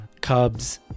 Cubs